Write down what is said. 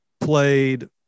played